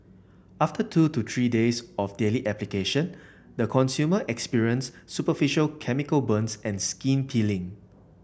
after two to three days of daily application the consumer experienced superficial chemical burns and skin peeling